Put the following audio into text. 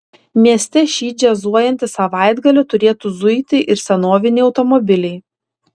mieste šį džiazuojantį savaitgalį turėtų zuiti ir senoviniai automobiliai